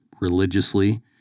religiously